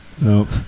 Nope